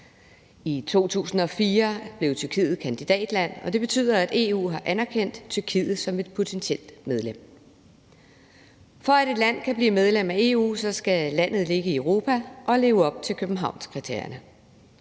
I 2004 blev Tyrkiet kandidatland, og det betyder, at EU har anerkendt Tyrkiet som et potentielt medlem. For at et land kan blive medlem af EU, skal landet ligge i Europa og leve op til Københavnskriterierne.